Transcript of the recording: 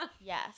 Yes